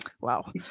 wow